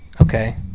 Okay